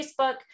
Facebook